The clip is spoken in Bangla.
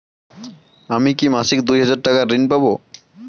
আমি কি মাসিক দুই হাজার টাকার ঋণ পাব?